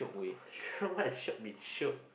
shiok what is shiok-bin-shiok